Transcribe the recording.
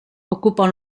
ocupa